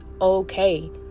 okay